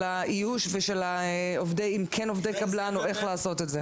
האיוש ושל עובדי קבלן ואיך לעשות את זה.